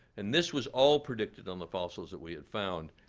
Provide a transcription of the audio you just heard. and this was all predicted on the fossils that we had found.